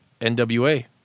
NWA